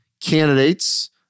Candidates